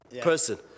person